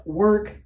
work